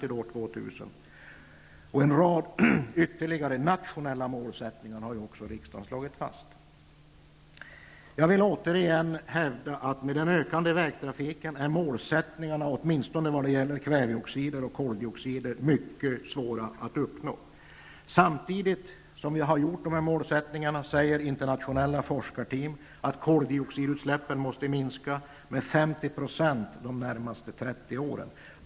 Ytterligare en rad nationella målsättningar har ju också slagits fast av riksdagen. Jag vill återigen understryka att det på grund av den ökande vägtrafiken är mycket svårt att uppnå målen, åtminstone i vad gäller kväveoxider och koldioxid. Ett internationellt forskarlag säger att koldioxidutsläppen måste minska med 50 % de närmaste 30 åren.